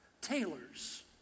tailors